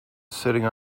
sitting